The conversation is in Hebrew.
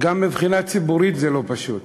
גם מבחינה ציבורית זה לא פשוט.